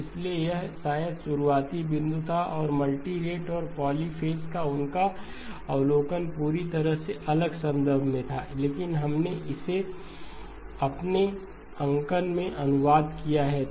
इसलिए यह शायद शुरुआती बिंदु था और मल्टीरेट और पॉलीपेज़ का उनका अवलोकन पूरी तरह से अलग संदर्भ में था लेकिन हमने इसे अपने अंकन में अनुवाद किया है